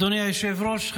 אדוני היושב-ראש,